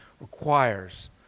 requires